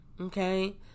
okay